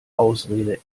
ausrede